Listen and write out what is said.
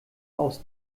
aus